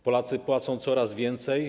Polacy płacą coraz więcej.